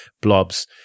blobs